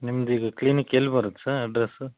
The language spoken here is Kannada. ನಿಮ್ದು ಈಗ ಕ್ಲಿನಿಕ್ ಎಲ್ಲಿ ಬರತ್ತೆ ಸರ್ ಅಡ್ರಸ್ಸು